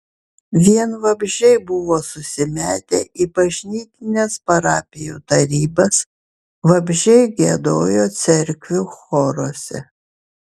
vien vabzdžiai buvo susimetę į bažnytines parapijų tarybas vabzdžiai giedojo cerkvių choruose